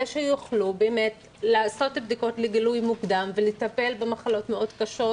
שיוכלו באמת לעשות בדיקות לגילוי מוקדם ולטפל במחלות מאוד קשות